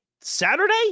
Saturday